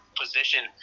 position